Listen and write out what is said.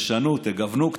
תשנו, תגוונו קצת.